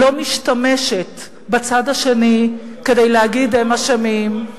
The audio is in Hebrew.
לא משתמשת בצד השני כדי להגיד: הם אשמים,